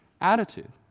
attitude